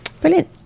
Brilliant